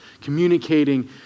communicating